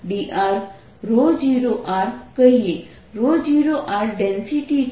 4πr2dr કહીએ 0r density છે